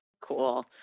Cool